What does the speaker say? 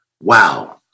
Wow